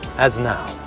as now,